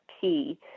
key